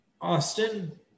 Austin